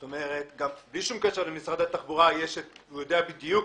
כלומר בלי כל קשר למשרד התחבורה, הוא יודע בדיוק